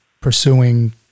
pursuing